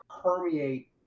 permeate